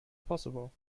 possible